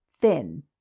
thin